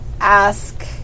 ask